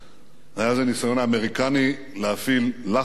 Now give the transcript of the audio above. היה זה ניסיון אמריקני להפעיל לחץ כבד על